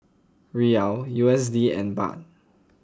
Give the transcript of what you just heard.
Riyal U S D and Baht